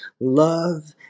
love